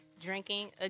drinking